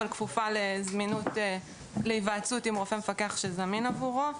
כשהפעולה כפופה להיוועצות עם רופא מפקח שזמין עבורו.